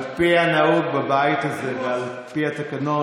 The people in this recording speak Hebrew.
על פי הנהוג בבית הזה ועל פי התקנון,